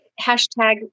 hashtag